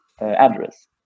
address